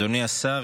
אדוני השר,